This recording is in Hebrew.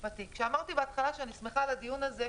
כשאמרתי בהתחלה שאני שמחה על הדיון הזה,